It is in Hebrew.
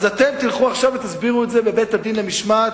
אז אתם תלכו עכשיו ותסבירו את זה בבית-הדין למשמעת,